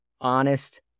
honest